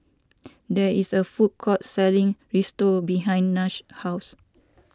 there is a food court selling Risotto behind Nash's house